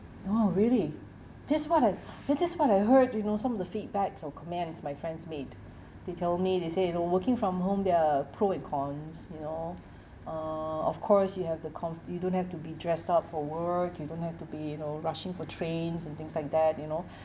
oh really this what I this is what I heard you know some of the feedbacks or commands my friends made they tell me they say you know working from home they're pro and cons you know uh of course you have the comfy you don't have to be dressed up for work you don't have to be you know rushing for trains and things like that you know